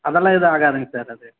அதெல்லாம் எதுவும் ஆகாதுங்க சார் அது